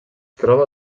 troba